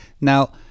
now